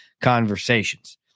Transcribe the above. conversations